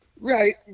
Right